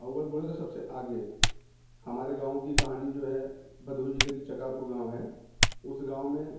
अव्वल बोले तो सबसे आगे हमारे गाँव की कहानी जो है भदोही जिले की चकापुर गाँव है उस गाँव में